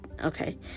okay